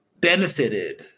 benefited